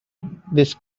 this